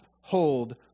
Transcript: hold